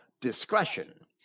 discretion